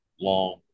long